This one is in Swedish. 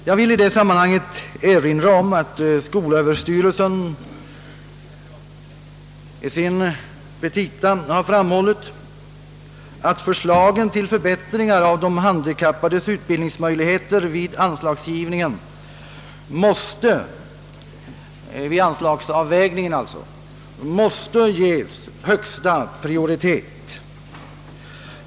Jag vill i detta sammanhang erinra om att skolöverstyrelsen i sina petita har framhållit att förslagen till förbättringar av de handikappades utbildningsmöjligheter vid anslagsavvägningen måste ges högsta prioritet.